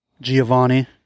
Giovanni